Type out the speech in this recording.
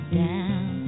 down